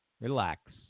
Relax